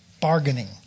bargaining